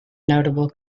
notable